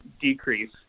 decrease